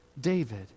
David